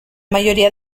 mayoría